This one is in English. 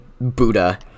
buddha